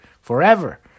forever